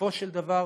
ובסופו של דבר